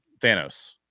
Thanos